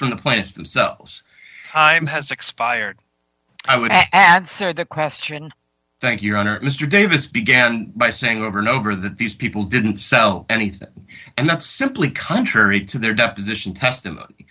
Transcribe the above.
from the planets themselves has expired i would add the question thank you your honor mr davis began by saying over and over that these people didn't sell anything and that simply contrary to their deposition testimony